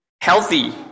healthy